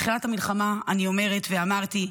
מתחילת המלחמה אני אומרת, ואמרתי,